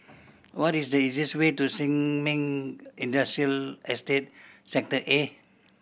what is the easiest way to Sin Ming Industrial Estate Sector A